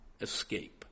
escape